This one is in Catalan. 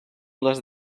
les